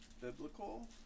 Biblical